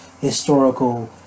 historical